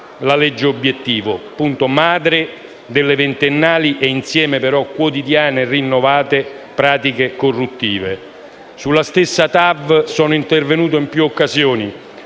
la legge obiettivo, madre delle ventennali - e allo stesso tempo quotidianamente rinnovate - pratiche corruttive. Sulla stessa TAV sono intervenuto in più occasioni: